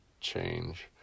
change